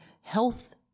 health